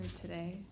today